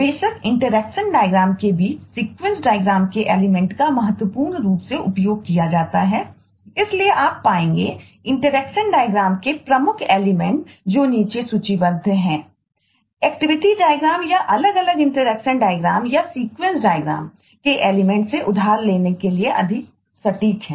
बेशक interaction diagram से उधार लेने के लिए अधिक सटीक हैं